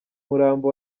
murambo